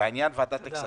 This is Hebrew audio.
בעניין ועדת הכספים,